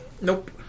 Nope